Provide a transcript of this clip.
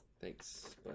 Thanks